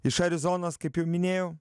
iš arizonos kaip jau minėjau